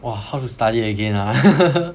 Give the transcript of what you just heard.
!wah! how to study again ah